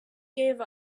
gave